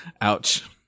ouch